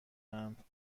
اند